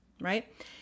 right